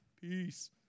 Peace